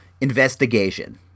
investigation